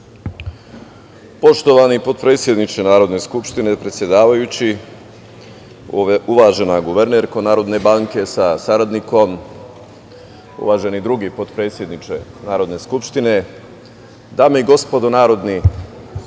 Poštovani potpredsedniče Narodne skupštine predsedavajući, uvažena guvernerko Narodne banke sa saradnikom, uvaženi drugi potpredsedniče Narodne skupštine, dame i gospodo narodni